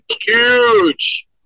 Huge